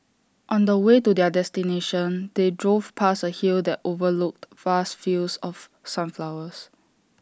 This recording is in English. on the way to their destination they drove past A hill that overlooked vast fields of sunflowers